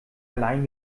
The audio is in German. allein